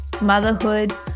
motherhood